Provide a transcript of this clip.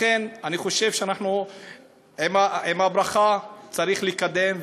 לכן אני חושב שעם הברכה צריך לקדם,